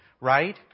right